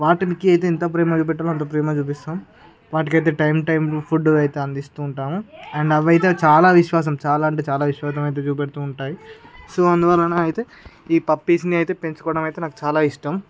వాటికి అయితే ఎంత ప్రేమ చూపెట్టాలో అంత ప్రేమ చూపిస్తాం వాటికైతే టైం టు టైం ఫుడ్ అయితే అందిస్తు ఉంటాము అండ్ అవి అయితే చాలా విశ్వాసం చాలా అంటే చాలా విశ్వాసం అయితే చూపెడుతు ఉంటాయి సో అందువలన అయితే ఈ పప్పీస్ని అయితే పెంచుకోవడం అయితే నాకు చాలా ఇష్టం